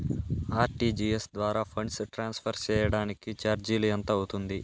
RTGS ద్వారా funds transfer సేయడానికి చార్జీలు ఎంత అవుతుంది